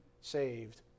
saved